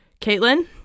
caitlin